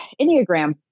Enneagram